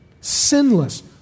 sinless